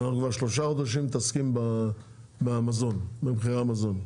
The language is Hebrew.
אנחנו כבר שלושה חודשים מתעסקים במחירי המזון.